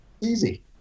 Easy